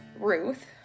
Ruth